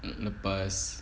lepas